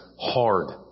hard